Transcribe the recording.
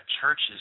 churches